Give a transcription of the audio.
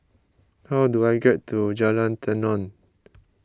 how do I get to Jalan Tenon